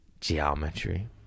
Geometry